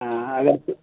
ہاں اگر